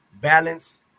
balance